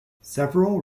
several